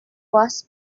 was